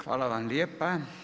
Hvala vam lijepa.